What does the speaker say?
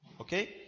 Okay